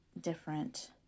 different